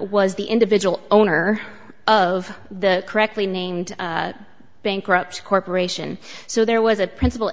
was the individual owner of the correctly named bankrupt corporation so there was a principal